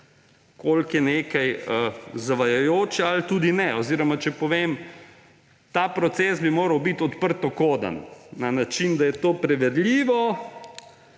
koliko je nekaj zavajajoče ali tudi ne. Oziroma če povem, ta proces bi moral biti odprtokoden na način, da je to preverljivo,